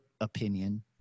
opinion